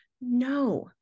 No